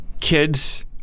kids